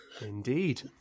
Indeed